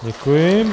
Děkuji.